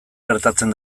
gertatzen